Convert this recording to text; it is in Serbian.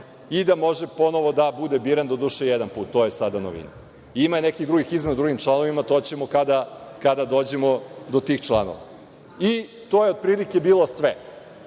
i da može ponovo da bude biran, doduše, jedan put. To je sada novina. Ima i nekih drugih izmena u drugim članovima. To ćemo kada dođemo do tih članova. I to je otprilike bilo sve